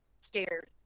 scared